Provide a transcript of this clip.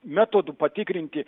metodų patikrinti